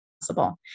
possible